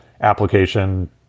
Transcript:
application